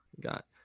Got